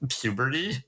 puberty